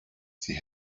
sie